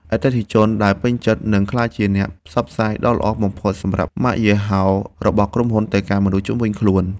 អតិថិជនដែលពេញចិត្តនឹងក្លាយជាអ្នកផ្សព្វផ្សាយដ៏ល្អបំផុតសម្រាប់ម៉ាកយីហោរបស់ក្រុមហ៊ុនទៅកាន់មនុស្សជុំវិញខ្លួន។